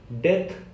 Death